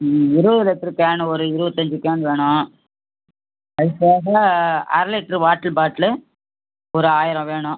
ம் இருபது litre can ஒரு இருபத்தஞ்சி கேன் வேணும் அதுபோக அரை லிட்ரு வாட்டரு பாட்டிலு ஒரு ஆயிரம் வேணும்